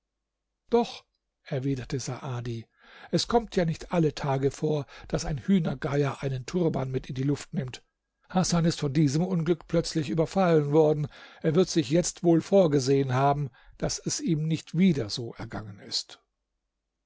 doch erwiderte saadi es kommt ja nicht alle tage vor daß ein hühnergeier einen turban mit in die luft nimmt hasan ist von diesem unglück plötzlich überfallen worden er wird sich jetzt wohl vorgesehen haben daß es ihm nicht wieder so ergangen ist